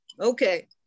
Okay